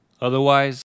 Otherwise